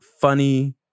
funny